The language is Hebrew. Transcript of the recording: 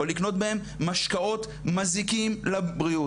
או לקנות בהם משקאות מזיקים לבריאות.